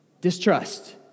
Distrust